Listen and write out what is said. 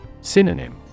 Synonym